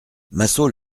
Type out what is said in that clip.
massot